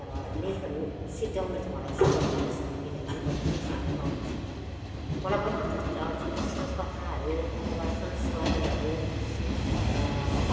तर लेखहरू सिद्ध्याउन चाहिँ मलाई समय लाग्छ किनभने म धेरै समय पाउन सक्दिनँ मलाई मन पर्छ छोटो छोटो कथाहरू अथवा संस्मरणहरू